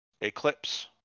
Eclipse